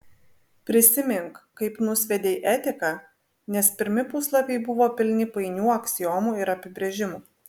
prisimink kaip nusviedei etiką nes pirmi puslapiai buvo pilni painių aksiomų ir apibrėžimų